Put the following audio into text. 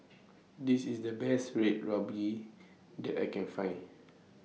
This IS The Best Red Ruby that I Can Find